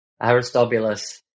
Aristobulus